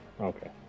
Okay